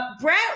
Brett